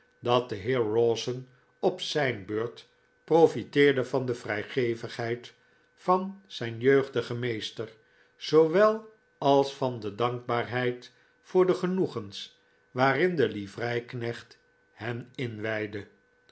dat de heer rowson op zijn beurt profiteerde van de vrijgevigheid van zijn jeugdigen meester zoowel als van de dankbaarheid voor de genoegens waarin de livreiknecht hen inwijdde